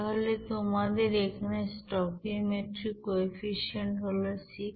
তাহলে তোমাদের এখানে স্টকিওমেট্রিক কোইফিশিয়েন্ট হল 6